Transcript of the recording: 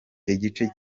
igice